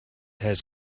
has